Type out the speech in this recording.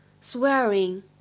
swearing